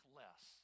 less